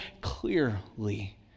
clearly